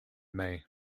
may